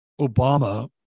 Obama